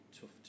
tough